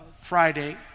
friday